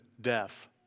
death